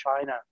China